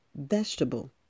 vegetable